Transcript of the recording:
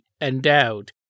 endowed